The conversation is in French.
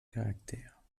caractère